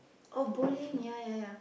oh bowling ya ya ya